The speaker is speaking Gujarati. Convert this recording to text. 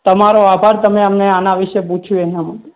તમારો આભાર તમે અમને આને વિશે પૂછ્યું એના માટે